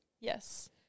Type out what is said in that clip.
Yes